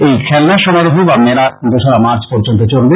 এই খেলনা সমারোহ বা মেলা দোসরা মার্চ পর্যন্ত চলবে